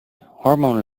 hormone